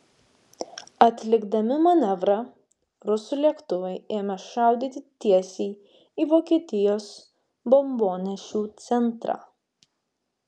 atlikdami manevrą rusų lėktuvai ėmė šaudyti tiesiai į vokietijos bombonešių centrą